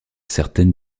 certaines